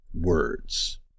words